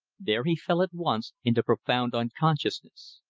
there he fell at once into profound unconsciousness.